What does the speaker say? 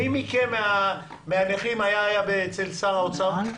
מי מהנכים היה אצל שר האוצר?